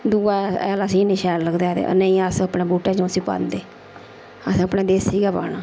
दूआ हैल असें नी शैल लगदा ऐ ते नेईं अस अपने बूह्टे च उसी पांदे असें अपना देसी गै पाना